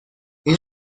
این